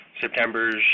September's